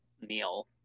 meal